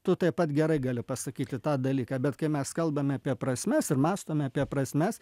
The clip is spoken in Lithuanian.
tu taip pat gerai gali pasakyti tą dalyką bet kai mes kalbame apie prasmes ir mąstome apie prasmes